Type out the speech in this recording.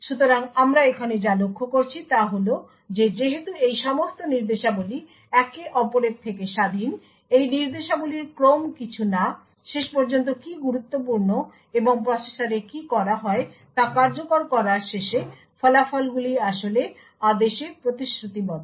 সুতরাং আমরা এখানে যা লক্ষ্য করেছি তা হল যে যেহেতু এই সমস্ত নির্দেশাবলী একে অপরের থেকে স্বাধীন এই নির্দেশাবলীর ক্রম কিছু না শেষ পর্যন্ত কী গুরুত্বপূর্ণ এবং প্রসেসরে কী করা হয় তা কার্যকর করার শেষে ফলাফলগুলি আসলে আদেশে প্রতিশ্রুতিবদ্ধ